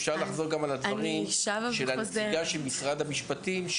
אפשר גם לחזור על הדברים של הנציגה של משרד המשפטים,